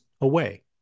away